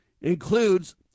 includes